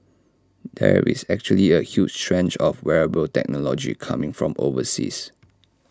there is actually A huge trend of wearable technology coming from overseas